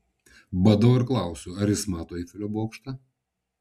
badau ir klausiu ar jis mato eifelio bokštą